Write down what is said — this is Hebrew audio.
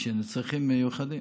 לצרכים מיוחדים.